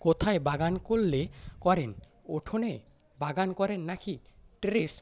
কোথায় বাগান করলে করেন উঠোনে বাগান করেন নাকি টেরেস